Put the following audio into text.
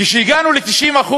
כשהגענו ל-90%,